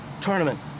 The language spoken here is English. tournament